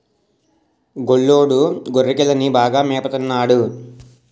గొల్లోడు గొర్రెకిలని బాగా మేపత న్నాడు